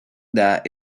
that